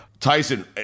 Tyson